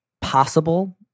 possible